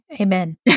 Amen